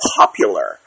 popular